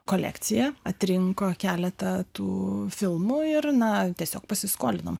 kolekciją atrinko keletą tų filmų ir na tiesiog pasiskolinom